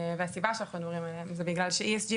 והסיבה שאנחנו מדברים עליהם היא בגלל שה-ESG